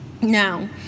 Now